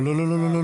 לא לא שניה.